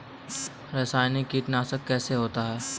रासायनिक कीटनाशक कैसे होते हैं?